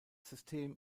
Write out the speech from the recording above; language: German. system